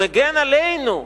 מגן עלינו,